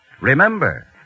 Remember